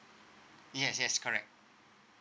yes yes correct